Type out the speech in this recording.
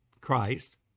Christ